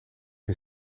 een